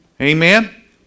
Amen